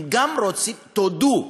הם גם רוצים: תודו.